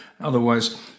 Otherwise